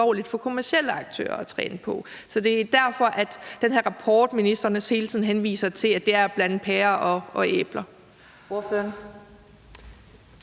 for kommercielle aktører at træne på. Så det er derfor, at den her rapport, ministeren også hele tiden henviser til, er at blande pærer og æbler.